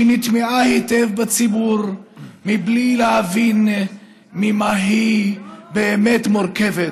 שנטמעה היטב בציבור בלי להבין ממה היא באמת מורכבת